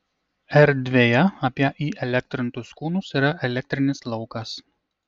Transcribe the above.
erdvėje apie įelektrintus kūnus yra elektrinis laukas